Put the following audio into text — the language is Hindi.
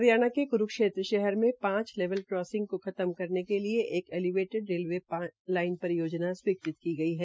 हरियाणा के क्रूक्षेत्र शहर में पांच लेवल क्रोसिंग को खत्म करने के लिए एक एलीवेटेड रेलवे लाइन परियोजना स्वीकृत की गई है